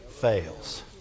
fails